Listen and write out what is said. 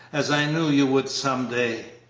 as i knew you would some day!